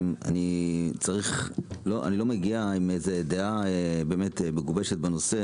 אני לא מגיע עם איזו דעה מגובשת בנושא.